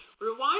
Rewind